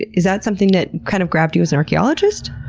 is that something that kind of grabbed you as an archeologist?